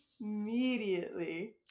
immediately